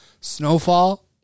snowfall